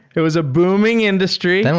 it was a booming industry. and